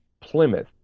Plymouth